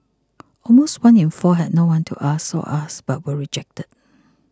almost one in four had no one to ask or asked but were rejected